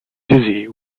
dizzy